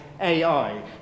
AI